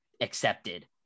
accepted